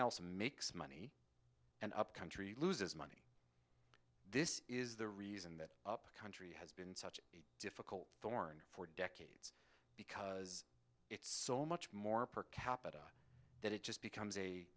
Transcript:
else makes money and up country loses money this is the reason that country has been such a difficult thorn for decades because it's so much more per capita that it just becomes a